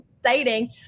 Exciting